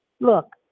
Look